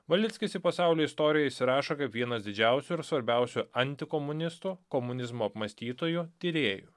valickis į pasaulio istoriją įsirašo kaip vienas didžiausių ir svarbiausių antikomunistų komunizmo apmąstytojų tyrėjų